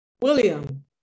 William